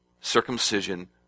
circumcision